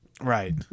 Right